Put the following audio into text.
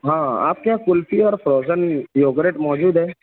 ہاں آپ کے یہاں کلفی اور فروزن یوگریٹ موجود ہے